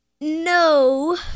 No